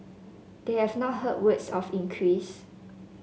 they have not heard words of increase